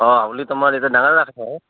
অঁ হাউলীত তোমাৰ এতিয়া ডাঙৰ ৰাস আছে